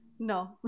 No